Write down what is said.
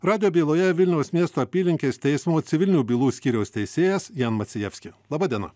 radijo byloje vilniaus miesto apylinkės teismo civilinių bylų skyriaus teisėjas jan macijevski laba diena